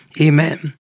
Amen